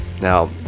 now